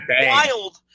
Wild